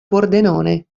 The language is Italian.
pordenone